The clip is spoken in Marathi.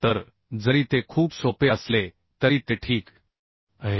तर जरी ते खूप सोपे असले तरी ते ठीक आहे